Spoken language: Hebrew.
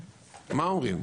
מה אומרים?